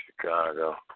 Chicago